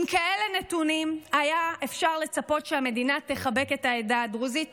עם כאלה נתונים היה אפשר לצפות שהמדינה תחבק את העדה הדרוזית,